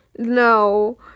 No